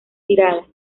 tirada